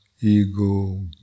ego